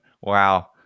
Wow